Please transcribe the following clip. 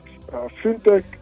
fintech